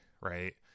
right